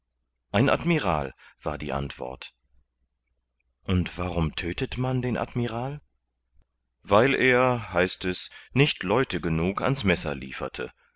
ein admiral war die antwort und warum tödtet man den admiral weil er heißt es nicht leute genug ans messer lieferte